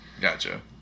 gotcha